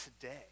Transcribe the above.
today